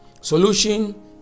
Solution